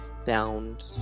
found